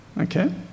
Okay